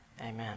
Amen